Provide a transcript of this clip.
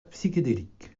psychédélique